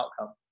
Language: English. outcome